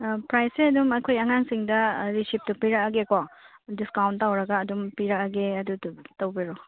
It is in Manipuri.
ꯄ꯭ꯔꯥꯏꯁꯁꯦ ꯑꯗꯨꯝ ꯑꯩꯈꯣꯏ ꯑꯉꯥꯡꯁꯤꯡꯗ ꯔꯤꯁꯤꯞꯇꯣ ꯄꯤꯔꯛꯑꯒꯦꯀꯣ ꯗꯤꯁꯀꯥꯎꯟ ꯇꯧꯔꯒ ꯑꯗꯨꯝ ꯄꯤꯔꯛꯑꯒꯦ ꯑꯗꯨꯗꯨ ꯇꯧꯕꯤꯔꯣ